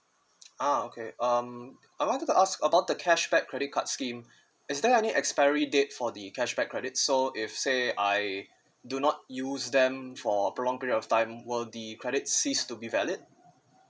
ah okay um I wanted to ask about the cashback credit card scheme is there any expiry date for the cashback credit so if say I do not use them for prolonged period of time will the credit ceased to be valid